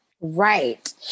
Right